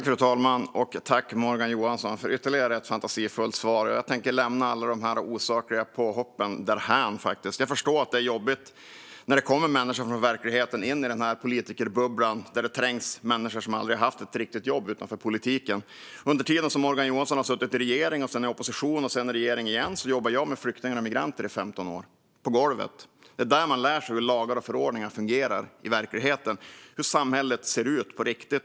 Fru talman! Tack, Morgan Johansson, för ytterligare ett fantasifullt svar! Jag tänker lämna alla de osakliga påhoppen därhän. Jag förstår att det är jobbigt när det kommer människor från verkligheten in i den här politikerbubblan där det trängs människor som aldrig haft ett riktigt jobb utanför politiken. Under den tid som Morgan Johansson har suttit i regering, därefter i opposition och sedan i regering igen jobbade jag med flyktingar och migranter i 15 år, på golvet. Det är där man lär sig hur lagar och förordningar fungerar i verkligheten och hur samhället ser ut på riktigt.